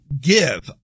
give